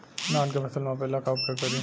धान के फ़सल मापे ला का उपयोग करी?